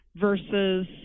versus